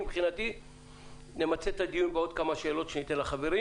מבחינתי נמצה את הדיון בעוד כמה שאלות שניתן לחברים,